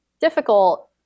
difficult